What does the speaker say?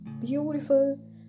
beautiful